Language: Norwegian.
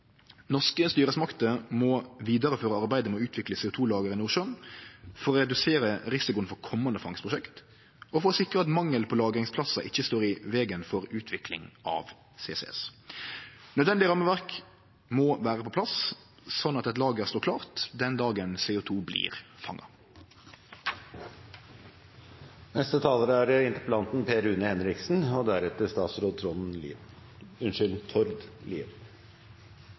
Norske styresmakter må vidareføre arbeidet med å utvikle CO2-lager i Nordsjøen for å redusere risikoen for komande fangstprosjekt og for å sikre at mangelen på lagringsplassar ikkje står i vegen for utvikling av CCS. Nødvendig rammeverk må vere på plass sånn at eit lager står klart den dagen CO2 blir